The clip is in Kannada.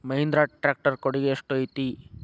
ಮಹಿಂದ್ರಾ ಟ್ಯಾಕ್ಟ್ ರ್ ಕೊಡುಗೆ ಎಷ್ಟು ಐತಿ?